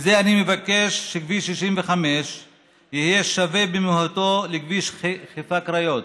בזה אני מבקש שכביש 65 יהיה שווה במהותו לכביש חיפה הקריות,